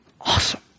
Awesome